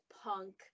punk